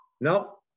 No